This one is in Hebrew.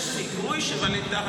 יש סיכוי שווליד טאהא,